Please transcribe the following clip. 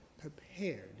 prepared